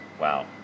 Wow